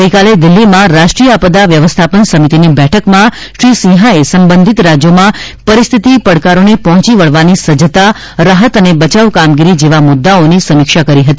ગઈકાલે દિલ્હીમાં રાષ્ટ્રીય આપદા વ્યવસ્થાપન સમિતિની બેઠકમાં શ્રી સિંહાએ સંબંધિત રાજ્યોમાં પરિસ્થિતિ પડકારોને પહોંચી વળવાની સજ્જતા રાહત અને બચાવ કામગીરી જેવા મુદ્દાઓની સમિક્ષા કરી હતી